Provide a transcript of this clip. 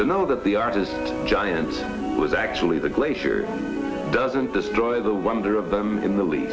to know that the artist giants was actually the glacier doesn't destroy the wonder of them in the lea